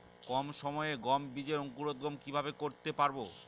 কম সময়ে গম বীজের অঙ্কুরোদগম কিভাবে করতে পারব?